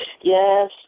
Yes